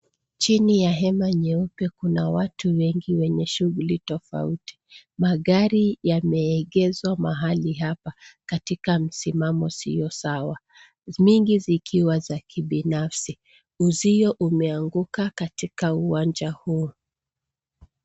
Chini ya hema nyeupe kuna watu wengi wenye shughuli tofauti. Magari yameegeshwa mahali hapa, katika msimamo uso sawa. Mingi zikiwa za kubinafsi, uzio umeanguka katika uwanja huu.